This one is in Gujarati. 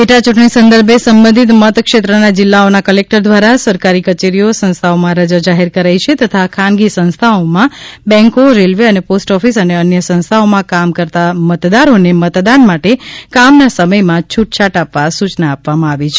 પેટાચૂંટણી સંદર્ભે સંબંધિત મતક્ષેત્રના જિલ્લાઓનાં ક્લેક્ટર દ્વારા સરકારી કચેરીઓ સંસ્થાઓમાં રજા જાહેર કરાઈ છે તથા ખાનગી સંસ્થાઓમાં બેન્કો રેલવે અને પોસ્ટઓફિસ અને અન્ય સંસ્થાઓમાં કામ કરતાં મતદારોને મતદાન માટે કામના સમયમાં છૂટછાટ આપવા સૂચના આપવામાં આવી છે